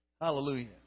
Hallelujah